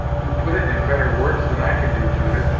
you put it in better words than i can do, judith,